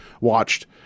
watched